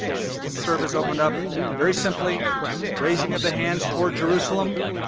service opened up very simply raising of the hands toward jerusalem.